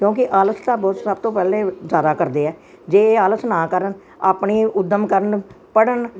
ਕਿਉਂਕਿ ਆਲਸ ਤਾਂ ਬਹੁਤ ਸਭ ਤੋਂ ਪਹਿਲਾਂ ਹੀ ਜਿਆਦਾ ਕਰਦੇ ਆ ਜੇ ਆਲਸ ਨਾ ਕਰਨ ਆਪਣੀ ਉਦਮ ਕਰਨ ਪੜਨ